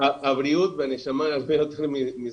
הבריאות והנשמה יותר מזה,